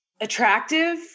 attractive